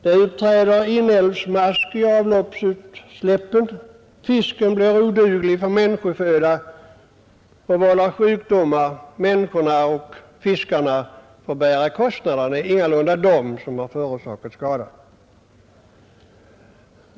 Det uppträder inälvsmask i avloppsutsläppen. Fisken blir oduglig till människoföda och vållar sjukdomar. De sjukdomsdrabbade människorna och yrkesfiskarna får bära kostnaderna, ingalunda de som förorsakat skadan.